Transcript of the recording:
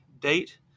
date